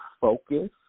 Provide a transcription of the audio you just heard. focus